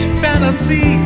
fantasy